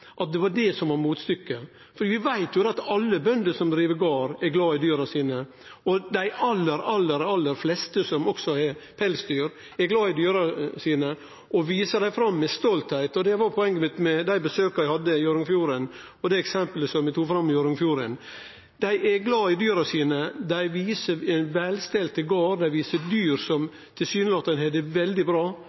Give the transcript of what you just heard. det det som var motstykket. Vi veit jo at alle bønder som driv gard, er glade i dyra sine. Også dei aller, aller fleste som har pelsdyr, er glade i dyra sine og viser dei fram med stoltheit. Det var poenget mitt med dei besøka eg hadde til Hjørundfjorden, og det eksemplet frå Hjørundfjorden som eg tok fram. Dei er glad i dyra sine, dei viser ein velstelt gard, dei viser dyr som tilsynelatande har det veldig bra.